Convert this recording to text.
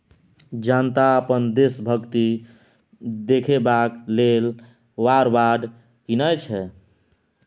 जनता अपन देशभक्ति देखेबाक लेल वॉर बॉड कीनय छै